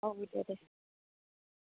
औ दे दे